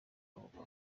kuko